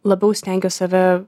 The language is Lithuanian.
labiau stengiuos save